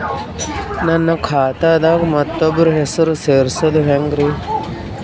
ನನ್ನ ಖಾತಾ ದಾಗ ಮತ್ತೋಬ್ರ ಹೆಸರು ಸೆರಸದು ಹೆಂಗ್ರಿ?